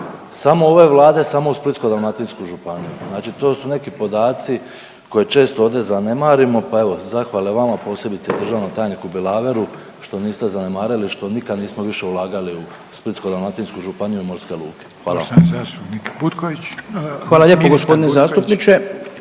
samo ove Vlade samo u Splitsko-dalmatinsku županiju, znači to su neki podaci koje često ovdje zanemarimo, pa evo zahvale vama, posebice državnom tajniku Bilaveru što niste zanemarili, što nikad nismo više ulagali u Splitsko-dalmatinsku županiju i morske luke, hvala vam. **Reiner,